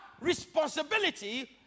responsibility